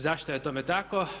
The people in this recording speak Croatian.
Zašto je tome tako?